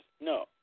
no